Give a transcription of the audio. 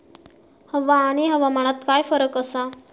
हवा आणि हवामानात काय फरक असा?